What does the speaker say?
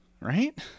Right